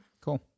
Cool